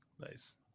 Nice